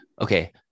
Okay